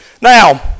Now